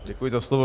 Děkuji za slovo.